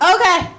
Okay